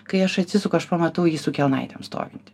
kai aš atsisuku aš pamatau jį su kelnaitėm stovintį